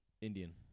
Indian